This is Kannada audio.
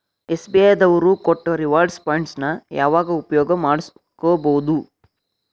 ಎಸ್.ಬಿ.ಐ ದವ್ರು ಕೊಟ್ಟ ರಿವಾರ್ಡ್ ಪಾಯಿಂಟ್ಸ್ ನ ಯಾವಾಗ ಉಪಯೋಗ ಮಾಡ್ಕೋಬಹುದು?